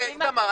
איתמר,